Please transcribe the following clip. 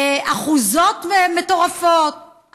אחוזות מטורפות.